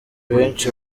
benshi